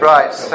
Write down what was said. Right